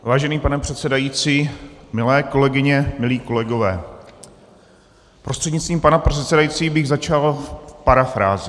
Vážený pane předsedající, milé kolegyně, milí kolegové, prostřednictvím pana předsedajícího bych začal parafrází: